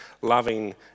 loving